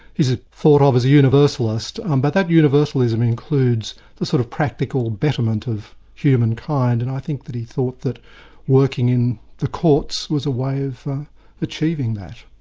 he's ah thought of as a universalist, um but that universalism includes the sort of practical betterment of humankind, and i think that he thought that working in the courts was a way of achieving that.